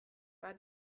war